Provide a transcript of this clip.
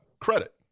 Credit